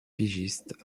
pigiste